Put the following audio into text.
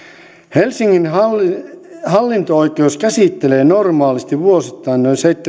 helsingin hallinto oikeus käsittelee normaalisti vuosittain